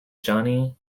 johnny